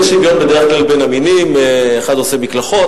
יש שוויון בדרך כלל בין המינים: אחד עושה מקלחות,